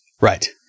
Right